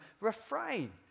refrain